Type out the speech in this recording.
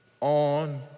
on